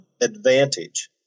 advantage